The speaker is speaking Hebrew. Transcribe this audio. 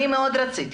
אני מאוד רציתי.